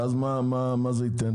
מה זה ייתן?